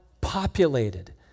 populated